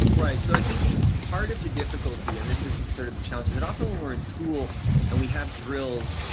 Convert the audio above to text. right, so i think part of the difficulty, and this is sort of the challenge is that often when we're in school and we have drills,